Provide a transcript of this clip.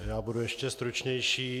Já budu ještě stručnější.